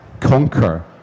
conquer